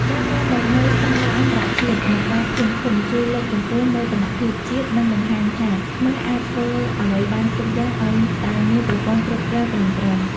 ការនាំមកនូវ "ស្ដង់ដារអន្តរជាតិ" មកដល់ភូមិឃុំ ជួយលើកកម្ពស់មោទនភាពជាតិ និងបង្ហាញថាខ្មែរអាចធ្វើអ្វីបានគ្រប់យ៉ាងឱ្យតែមានប្រព័ន្ធគ្រប់គ្រងត្រឹមត្រូវ។